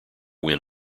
win